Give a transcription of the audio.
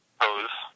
pose